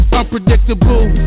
unpredictable